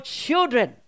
children